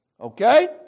Okay